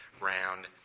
round